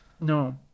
No